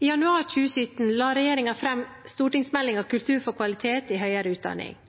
I januar 2017 la regjeringen fram stortingsmeldingen Kultur for kvalitet i høyere utdanning.